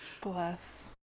Bless